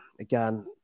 again